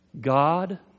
God